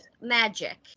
magic